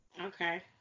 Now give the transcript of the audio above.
Okay